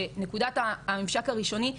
שנקודת הממשק הראשוני,